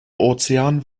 ozean